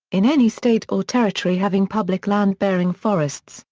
in any state or territory having public land bearing forests,